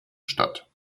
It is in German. statt